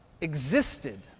existed